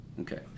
Okay